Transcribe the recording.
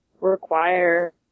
require